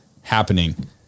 happening